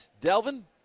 Delvin